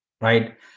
right